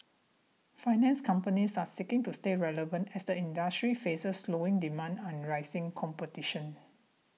finance companies are seeking to stay relevant as the industry faces slowing demand and rising competition